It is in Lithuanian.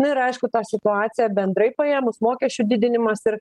na ir aišku ta situacija bendrai paėmus mokesčių didinimas ir